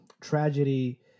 tragedy